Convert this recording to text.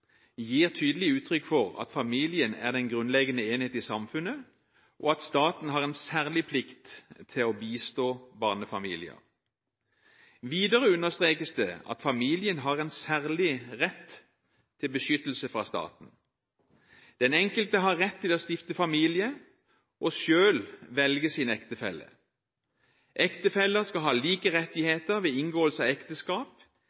gir tydelig uttrykk for at familien er den grunnleggende enhet i samfunnet, og at staten har en særlig plikt til å bistå barnefamilier. Videre understrekes det at familien har en særlig rett til beskyttelse fra staten. Den enkelte har rett til å stifte familie og selv velge sin ektefelle. Ektefeller skal ha like